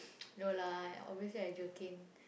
no lah I obviously I joking